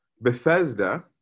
Bethesda